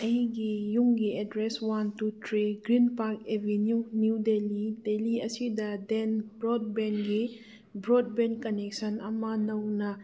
ꯑꯩꯒꯤ ꯌꯨꯝꯒꯤ address one two three green park avenue new Delhi Delhi ꯑꯁꯤꯗ ꯗꯦꯟ ꯕ꯭ꯔꯣꯗꯕꯦꯟꯒꯤ ꯕ꯭ꯔꯣꯗꯕꯦꯟ ꯀꯟꯅꯦꯛꯁꯟ ꯑꯃ ꯅꯧꯅ